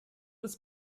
des